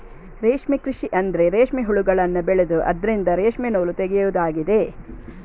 ರೇಷ್ಮೆ ಕೃಷಿ ಅಂದ್ರೆ ರೇಷ್ಮೆ ಹುಳಗಳನ್ನ ಬೆಳೆದು ಅದ್ರಿಂದ ರೇಷ್ಮೆ ನೂಲು ತೆಗೆಯುದಾಗಿದೆ